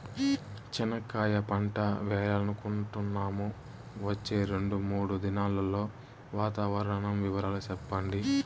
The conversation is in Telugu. చెనక్కాయ పంట వేయాలనుకుంటున్నాము, వచ్చే రెండు, మూడు దినాల్లో వాతావరణం వివరాలు చెప్పండి?